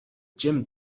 jim